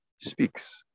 speaks